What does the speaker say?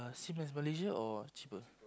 same as Malaysia or cheaper